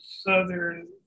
southern